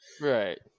Right